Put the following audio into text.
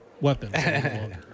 weapons